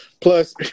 Plus